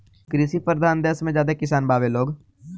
कृषि परधान देस मे ज्यादे किसान बावे लोग